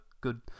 good